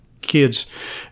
kids